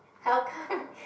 how come